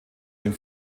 dem